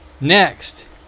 next